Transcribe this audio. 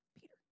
Peter